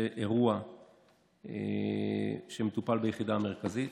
זה אירוע שמטופל ביחידה המרכזית,